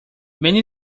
many